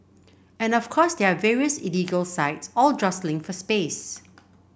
and of course there are various illegal sites all jostling for space